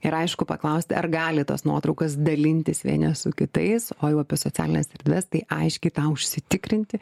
ir aišku paklausti ar gali tas nuotraukas dalintis vieni su kitais o jau apie socialines erdves tai aiškiai tą užsitikrinti